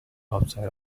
outside